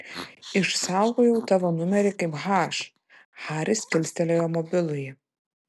išsaugojau tavo numerį kaip h haris kilstelėjo mobilųjį